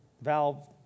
valve